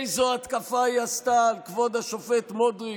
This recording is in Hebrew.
איזו התקפה היא עשתה על כבוד השופט מודריק,